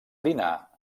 dinar